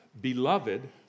Beloved